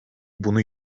bunu